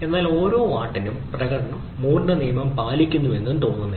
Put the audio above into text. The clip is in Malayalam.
എന്നാൽ ഓരോ വാട്ടിനും പ്രകടനം മൂറിന്റെ നിയമം പാലിക്കുന്നു എന്ന് തോന്നുന്നില്ല